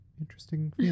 interesting